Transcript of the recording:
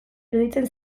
iruditzen